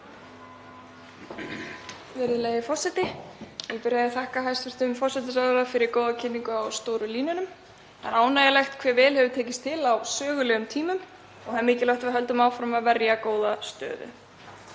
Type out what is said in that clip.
Það er ánægjulegt hve vel hefur tekist til á sögulegum tímum og það er mikilvægt að við höldum áfram að verja góða stöðu.